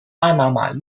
巴拿马